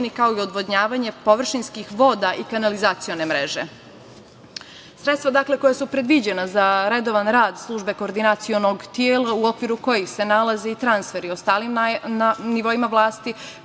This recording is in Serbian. kao i odvodnjavanje površinskih voda i kanalizacione mreže. Dakle, sredstva koja su predviđena za redovan rad službe koordinacionog tela u okviru kojih se nalaze i transferi na ostalim nivoima vlasti,